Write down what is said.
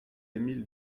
emile